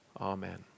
Amen